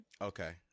Okay